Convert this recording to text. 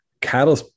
Cattle